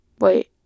wait